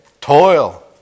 Toil